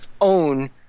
own